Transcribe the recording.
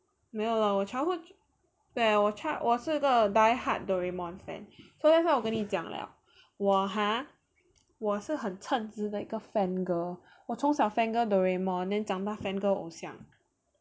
没有了我 childhood 对我是个 die hard Doraemon fan so that's why 我跟你讲了我 hor 我是很称职的一个 fan girl 我从小 fan girl Doraemon then 长大 fangirl 偶像